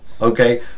Okay